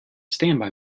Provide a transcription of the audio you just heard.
standby